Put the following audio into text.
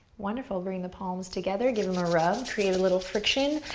wonderful, bring the palms together, give em a rub. create a little friction,